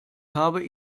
habe